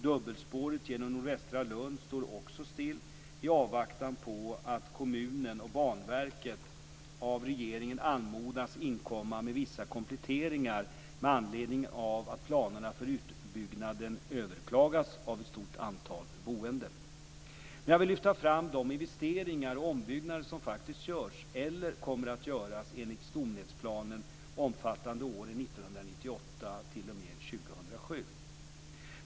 Dubbelspåret genom nordvästra Lund står också still i avvaktan på att kommunen och Banverket av regeringen anmodas inkomma med vissa kompletteringar med anledning av att planerna för utbyggnaden överklagats av ett stort antal boende. Men jag vill lyfta fram de investeringar och ombyggnader som faktiskt görs eller kommer att göras enligt stomnätsplanen omfattande åren 1998-2007.